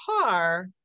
car